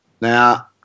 now